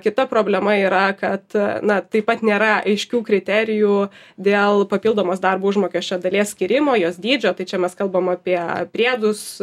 kita problema yra kad na taip pat nėra aiškių kriterijų dėl papildomos darbo užmokesčio dalies skyrimo jos dydžio tai čia mes kalbam apie priedus